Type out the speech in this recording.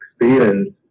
experience